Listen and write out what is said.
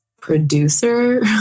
producer